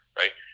right